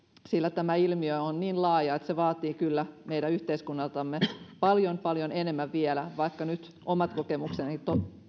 sillä tämä ilmiö on niin laaja että se vaatii kyllä meidän yhteiskunnaltamme paljon paljon enemmän vielä vaikka nyt omat kokemukseni